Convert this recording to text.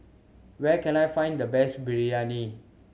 where can I find the best Biryani